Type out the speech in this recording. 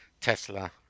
Tesla